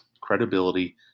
Credibility